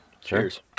Cheers